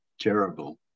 terrible